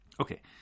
Okay